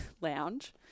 lounge